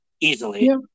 Easily